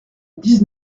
dix